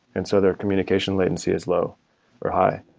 and so their communication latency is low or high.